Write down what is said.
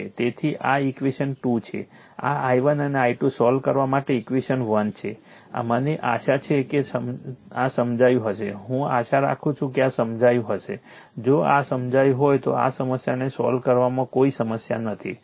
તેથી આ ઈક્વેશન 2 છે આ i1 અને i2 સોલ્વ કરવા માટે ઈક્વેશન 1 છે મને આશા છે કે આ સમજાયું હશે હું આશા રાખું છું કે આ સમજાયું હશે જો આ સમજાયું હોય તો આ સમસ્યાને સોલ્વ કરવામાં કોઈ સમસ્યા નથી